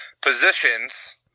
positions